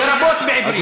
לרבות בעברית.